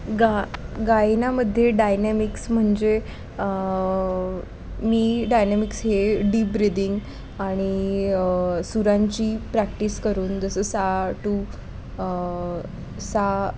गा गायनामध्ये डायनॅमिक्स म्हणजे मी डायनॅमिक्स हे डीप ब्रिदींग आणि सुरांची प्रॅक्टिस करून जसं सा टू सा